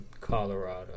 Colorado